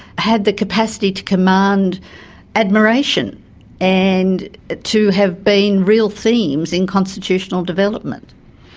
had the capacity to command admiration and to have been real themes in constitutional development.